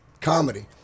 comedy